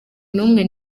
n’umwe